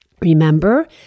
Remember